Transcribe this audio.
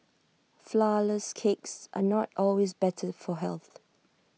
Flourless Cakes are not always better for health